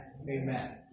Amen